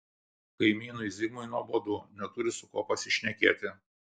kaimynui zigmui nuobodu neturi su kuo pasišnekėti